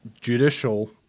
judicial –